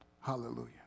Hallelujah